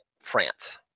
France